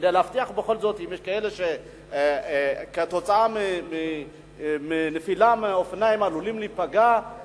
כדי להבטיח בכל זאת שאם יש כאלה שכתוצאה מנפילה מאופניים עלולים להיפגע,